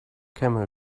camel